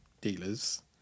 dealers